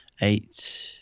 eight